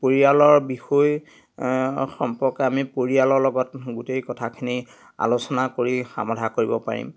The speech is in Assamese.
পৰিয়ালৰ বিষয়ে সম্পৰ্কে আমি পৰিয়ালৰ লগত গোটেই কথাখিনি আলোচনা কৰি সমাধান কৰিব পাৰিম